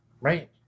Right